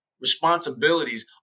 responsibilities